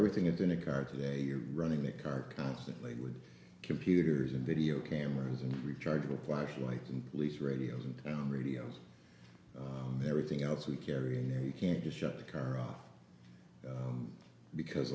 everything you do in a car today you're running that car constantly with computers and video cameras and rechargeable flashlights and police radios and radios everything else we carry in there you can't just shut the car off because